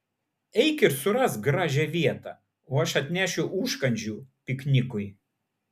eik ir surask gražią vietą o aš atnešiu užkandžių piknikui